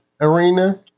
arena